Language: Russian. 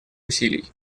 усилий